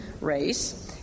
race